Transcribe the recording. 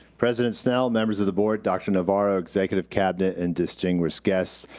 president snell, members of the board, dr. navarro, executive cabinet and distinguished guests,